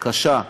קשה.